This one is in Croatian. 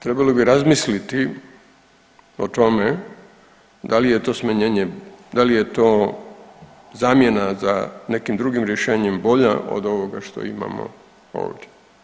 Trebalo bi razmisliti o tome da li je to smanjenje, da li je to zamjena za nekim drugim rješenjem bolja od ovoga što imamo ovdje.